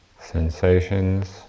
sensations